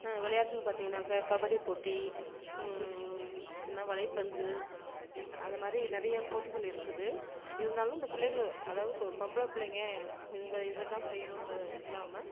விளையாட்டுன்னு பார்த்தீங்கன்னாக்கா கபடிப்போட்டி என்ன வலைப்பந்து அந்த மாரி நிறைய போட்டிகள் இருக்குது இருந்தாலும் இந்த பிள்ளைகள் அதாவது பொம்பளை பிள்ளைங்க இதுங்க இத தான் செய்யணுன்றதை இல்லாமல்